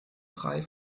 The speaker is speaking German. drei